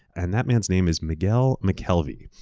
and that man's name is miguel mckelvey.